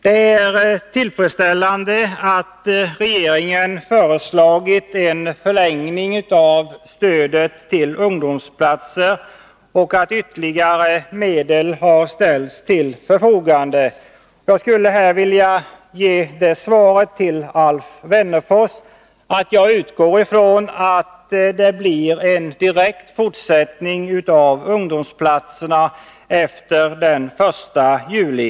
Det är tillfredsställande att regeringen har föreslagit att stödet till ungdomsplatser förlängs och att ytterligare medel ställs till förfogande. Jag utgår från, Alf Wennerfors, att det blir en direkt fortsättning av ungdomsplatserna efter den 1 juli.